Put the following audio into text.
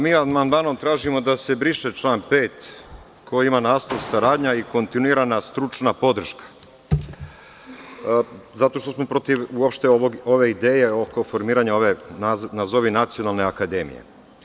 Mi amandmanom tražimo da se briše član 5. koji ima naslov „saradnja i kontinuirana stručna podrška“, zato što smo protiv uopšte ove ideje oko formiranja ove nazovi nacionalne akademije.